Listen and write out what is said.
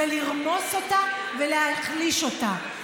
זה לרמוס אותה ולהחליש אותה.